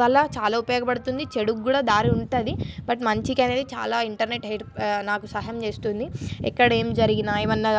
వల్ల చాలా ఉపయోగపడుతుంది చెడు కూడా దారి ఉంటుంది బట్ మంచికి అనేది చాలా ఇంటర్నెట్ హై నాకు సహాయం చేస్తుంది ఎక్కడ ఏం జరిగినా ఏమన్నా